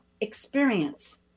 experience